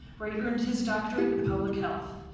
where he earned his doctorate in public health.